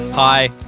Hi